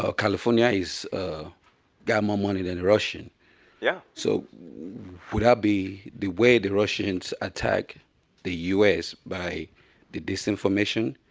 ah california has got more money than russia. and yeah. so would that ah be the way the russians attack the us by the disinformation?